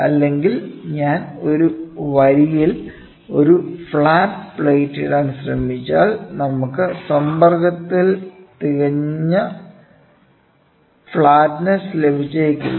അല്ലെങ്കിൽ ഞാൻ ഒരു വരിയിൽ ഒരു ഫ്ലാറ്റ് പ്ലേറ്റ് ഇടാൻ ശ്രമിച്ചാൽ നമുക്ക് സമ്പർക്കത്തിൽ തികഞ്ഞ ഫ്ലാറ്റ്നെസ് ലഭിച്ചേക്കില്ല